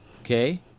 okay